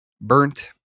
burnt